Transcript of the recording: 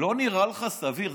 לא נראה לך סביר,